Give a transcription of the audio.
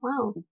wow